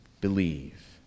believe